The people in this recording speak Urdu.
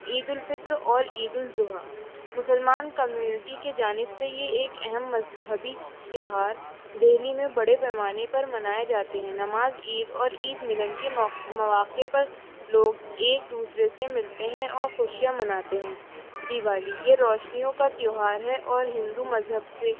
عید الفطر اور عید الضحیٰ مسلمان کمیونٹی کی جانب سے یہ ایک اہم مذہبی تہوار دہلی میں بڑے پیمانے پر منائے جاتے ہیں نماز عید اور عید ملن کے مواقع پر لوگ ایک دوسرے سے ملتے ہیں اور خوشیاں مناتے ہیں دیوالی یہ روشنیوں کا تہوار ہے اور ہندو مذہب سے